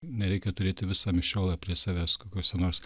nereikia turėti visą mišiolą prie savęs kokiose nors